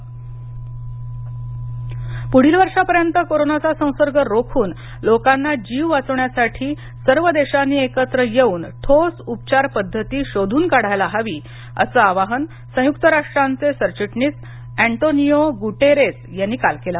UN Covid पुढील वर्षापर्यंत कोरोनाचा संसर्ग रोखून लोकांचा जीव वाचवण्यासाठी सर्व देशांनी एकत्र येऊन ठोस उपचार पद्धती शोधून काढायला हवी असं आवाहन संयुक्त राष्ट्रांचे सरचिटणीस अँटोनिओ गूटेरेस यांनी काल केलं